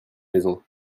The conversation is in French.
maison